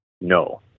No